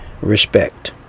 respect